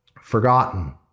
forgotten